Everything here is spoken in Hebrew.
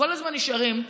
הם כל הזמן נשארים,